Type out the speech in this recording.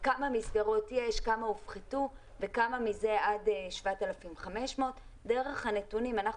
כמה הופחתו וכמה מזה עד 7,500. דרך הנתונים אנחנו